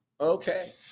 Okay